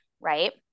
right